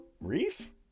Reef